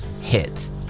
hit